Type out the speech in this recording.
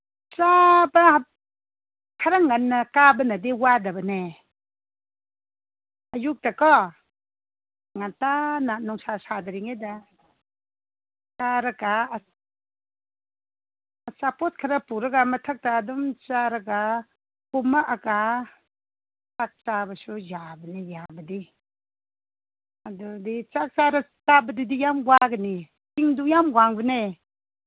ꯆꯥꯕ ꯈꯔ ꯉꯟꯅ ꯀꯥꯕꯅꯗꯤ ꯋꯥꯗꯕꯅꯦ ꯑꯌꯨꯛꯇꯀꯣ ꯉꯟꯇꯥꯅ ꯅꯨꯡꯁꯥ ꯁꯥꯗ꯭ꯔꯤꯉꯩꯗ ꯀꯥꯔꯒ ꯑꯆꯥꯄꯣꯠ ꯈꯔ ꯄꯨꯔꯒ ꯃꯊꯛꯇ ꯑꯗꯨꯝ ꯆꯥꯔꯒ ꯀꯨꯝꯃꯛꯑꯒ ꯆꯥꯛ ꯆꯥꯕꯁꯨ ꯌꯥꯕꯅꯤ ꯌꯥꯕꯗꯤ ꯑꯗꯨꯗꯤ ꯆꯥꯛ ꯆꯥꯕꯗꯤ ꯌꯥꯝ ꯋꯥꯒꯅꯤ ꯆꯤꯡꯗꯨ ꯌꯥꯝ ꯋꯥꯡꯕꯅꯦ